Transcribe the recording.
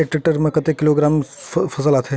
एक टेक्टर में कतेक किलोग्राम फसल आता है?